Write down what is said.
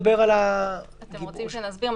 אתם רוצים שנסביר?